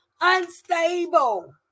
unstable